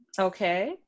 okay